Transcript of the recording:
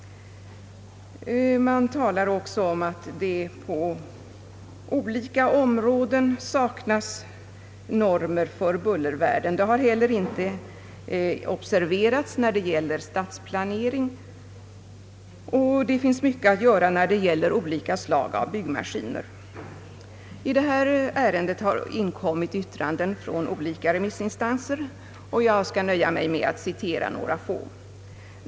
Man talar också om att det på olika områden saknas normer för bullervärden. Det har inte heller observerats när det gäller stadsplanering, och det finns mycket att göra i fråga om olika slag av byggmaskiner. I detta ärende har inkommit yttranden från olika remissinstanser, och jag skall nöja mig med att citera några få.